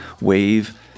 wave